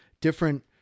different